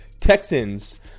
Texans